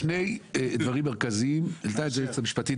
שני דברים מרכזיים העלתה זאת היועצת המשפטית